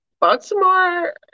Baltimore